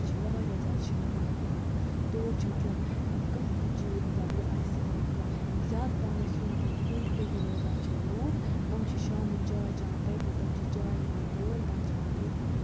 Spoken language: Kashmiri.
سُہ چھِ واریاہ زیادٕ شاندار پارَک تور چھِ مَطلب کانٛہہ تہِ چی مَطلب یہِ اَسہِ زیادٕ پَہنَس یِم تَتھ أنٛدۍ پٔکۍ روزان چھِ لوٗکھ تِم چھِ شامٕچ چاے چٮ۪وان تٔتی تِم چھِ چاے نِوان توٗرۍ پَتہٕ چٮ۪وان تتی